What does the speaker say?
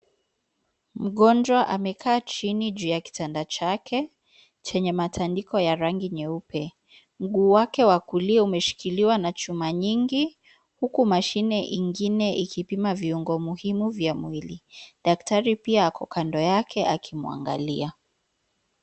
Mgonjwa amekaa chini juu ya kitanda chake, chenye matandiko ya rangi nyeupe. Mguu wake wa kulia umeshikiliwa na chuma nyingi, huku mashine ingine ikipima viungo muhimu vya mwili. Daktari pia ako kando yake akimwangalia.